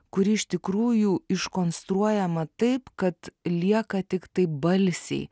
kuri iš tikrųjų iškonstruojama taip kad lieka tiktai balsiai